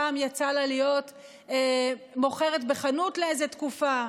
פעם יצא לה להיות מוכרת בחנות לאיזו תקופה.